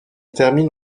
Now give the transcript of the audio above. termine